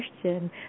question